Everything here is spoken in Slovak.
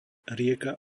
rieka